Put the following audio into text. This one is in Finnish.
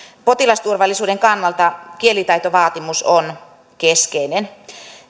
potilasturvallisuuden kannalta kielitaitovaatimus on keskeinen